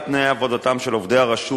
שבקביעת תנאי עבודתם של עובדי הרשות